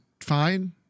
fine